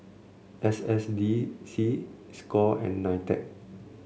S S D C Score and Nitec